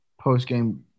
post-game